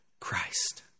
Christ